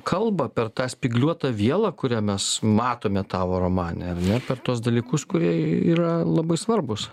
kalbą per tą spygliuotą vielą kurią mes matome tavo romane ar ne per tuos dalykus kurie yra labai svarbūs